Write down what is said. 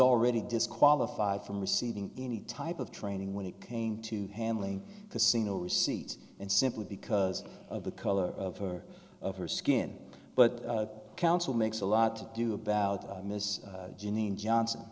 already disqualified from receiving any type of training when it came to handling casino receipts and simply because of the color of her of her skin but counsel makes a lot do about miss janine johnson